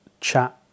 chat